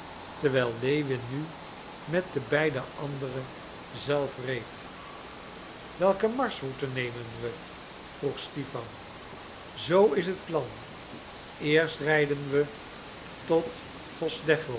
terwijl lewin nu met de beide andere zelf reed welke marschroute nemen we vroeg stipan zoo is het plan eerst rijden we tot